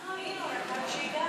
אנחנו היינו, רק עד שהגענו,